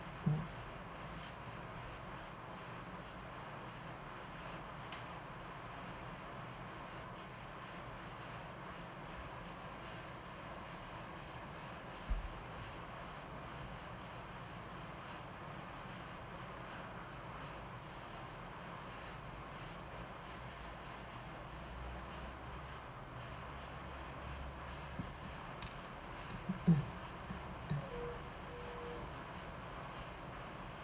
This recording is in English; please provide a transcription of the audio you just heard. mm